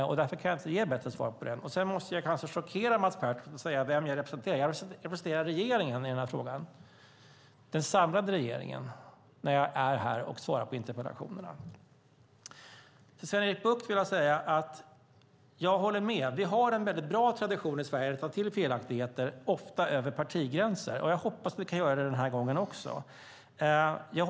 Kanske chockerar jag Mats Pertoft när jag säger att jag representerar den samlade regeringen i denna fråga när jag är här och svarar på interpellationer. Jag håller med Sven-Erik Bucht om att vi har en bra tradition i Sverige att rätta till felaktigheter, ofta över partigränser. Jag hoppas att vi kan göra det även denna gång.